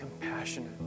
compassionate